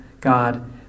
God